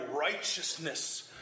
righteousness